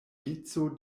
vico